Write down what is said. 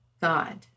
God